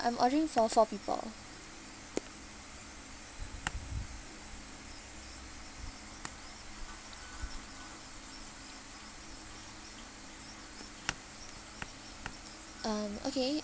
I'm ordering for four people um okay